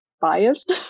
biased